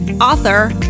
author